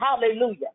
hallelujah